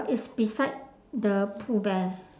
it's beside the pooh bear